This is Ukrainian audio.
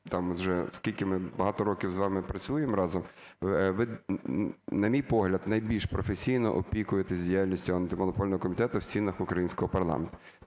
там вже скільки ми, багато років, з вами працюємо разом, ви, на мій погляд, найбільш професійно опікуєтесь діяльністю Антимонопольного комітету в стінах українського парламенту.